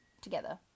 together